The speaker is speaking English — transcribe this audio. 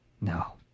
No